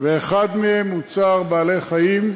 ואחד מהם הוא צער בעלי-חיים.